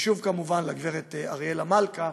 ושוב, כמובן, לגברת אריאלה מלכה.